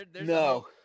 No